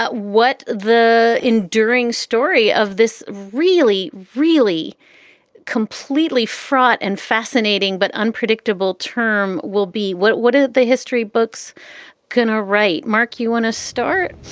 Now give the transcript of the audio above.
but what the enduring story of this really, really completely fraught and fascinating but unpredictable term will be what what ah the history books can ah write. mark, you want to start?